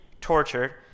tortured